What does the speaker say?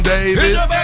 Davis